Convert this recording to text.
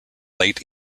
late